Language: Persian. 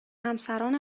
همسران